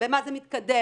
במה זה מתקדם,